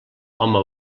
home